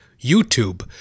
YouTube